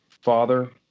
Father